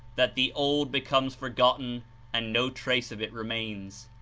that the old becomes forgotten and no trace of it remains.